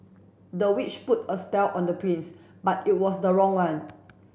the witch put a spell on the prince but it was the wrong one